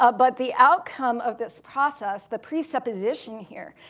ah but the outcome of this process, the presupposition here,